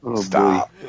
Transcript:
Stop